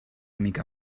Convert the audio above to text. mica